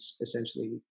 essentially